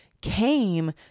came